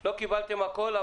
לא קיבלתם הכול,